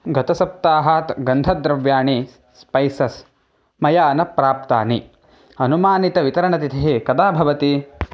गतसप्ताहात् गन्धद्रव्याणि स्पैसस् मया न प्राप्तानि अनुमानितवितरणतिथिः कदा भवति